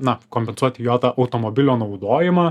na kompensuoti jo tą automobilio naudojimą